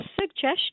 suggestion